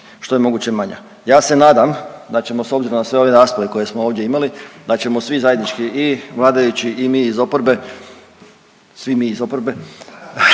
što je moguće manja. Ja se nadam da ćemo s obzirom na sve ove rasprave koje smo ovdje imali, da ćemo svi zajednički i vladajući i mi iz oporbe, svi mi iz oporbe